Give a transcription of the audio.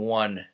one